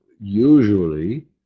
usually